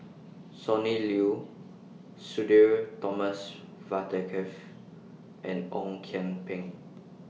Sonny Liew Sudhir Thomas Vadaketh and Ong Kian Peng